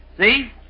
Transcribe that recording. See